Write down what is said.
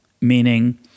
meaning